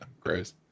gross